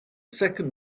second